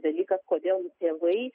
dalykas kodėl tėvai